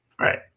right